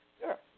Sure